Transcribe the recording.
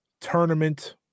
tournament